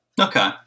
Okay